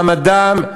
מעמדם,